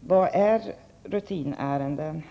Vad är rutinärenden?